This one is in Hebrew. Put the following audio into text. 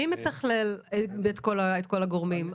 מי מתחלל את כל הגורמים?